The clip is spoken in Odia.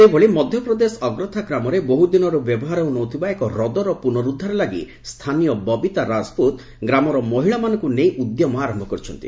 ସେହିଭଳି ମଧ୍ୟପ୍ରଦେଶର ଅଗ୍ରଥା ଗ୍ରାମରେ ବହୁଦିନରୁ ବ୍ୟବହାର ହେଉନଥିବା ଏକ ହ୍ରଦର ପୁନରୁଦ୍ଧାର ଲାଗି ସ୍ଥାନୀୟ ବବିତା ରାଜପୁତ ଗ୍ରାମର ମହିଳାମାନଙ୍କୁ ନେଇ ଉଦ୍ୟମ ଆରମ୍ଭ କରିଛନ୍ତି